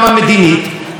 שום דבר.